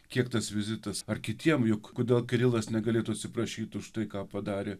kiek tas vizitas ar kitiem juk kodėl kirilas negalėtų atsiprašyt už tai ką padarė